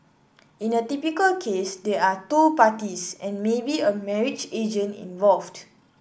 in a typical case there are two parties and maybe a marriage agent involved